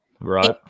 Right